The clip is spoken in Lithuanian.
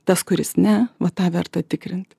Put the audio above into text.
tas kuris ne vat tą verta tikrinti